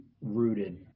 rooted